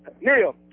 Neil